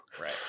Right